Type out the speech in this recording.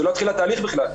לא יתחיל התהליך בכלל.